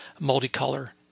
multicolor